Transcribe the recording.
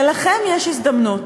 ולכם יש הזדמנות,